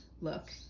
look